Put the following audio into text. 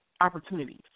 opportunities